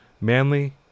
Manly